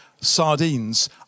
sardines